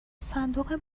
صندوق